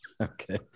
Okay